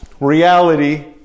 reality